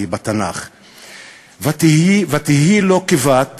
פגיעה בקבוצות